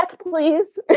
please